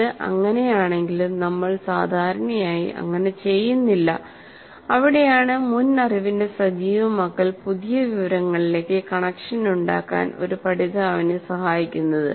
അത് അങ്ങനെയാണെങ്കിലും നമ്മൾ സാധാരണയായി അങ്ങനെ ചെയ്യുന്നില്ല അവിടെയാണ് മുൻ അറിവിന്റെ സജീവമാക്കൽ പുതിയ വിവരങ്ങളിലേക്ക് കണക്ഷൻ ഉണ്ടാക്കാൻ ഒരു പഠിതാവിനെ സഹായിക്കുന്നത്